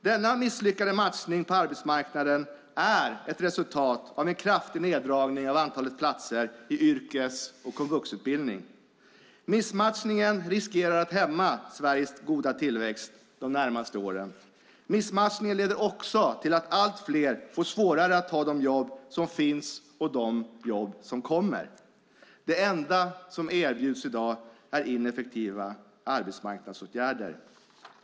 Denna misslyckade matchning på arbetsmarknaden är ett resultat av en kraftig neddragning av antalet platser i yrkes och komvuxutbildning. Missmatchningen riskerar att hämma Sveriges goda tillväxt under de närmaste åren. Missmatchningen leder också till att allt fler får svårare att ta de jobb som finns och de jobb som kommer. Det enda som i dag erbjuds är ineffektiva arbetsmarknadsåtgärder.